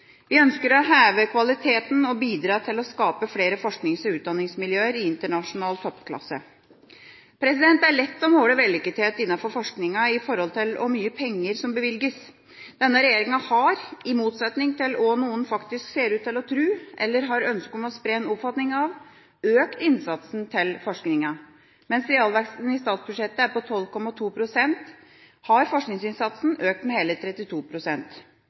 Vi ønsker å heve kvaliteten og bidra til å skape flere forsknings- og utdanningsmiljøer i internasjonal toppklasse. Det er lett å måle vellykkethet innenfor forskning i forhold til hvor mye penger som bevilges. Denne regjeringa har – i motsetning til hva noen faktisk ser ut til å tro, eller har ønske om å spre en oppfatning av – økt innsatsen til forskning. Mens realveksten i statsbudsjettet er på 12,2 pst., har forskningsinnsatsen økt med hele